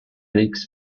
leaks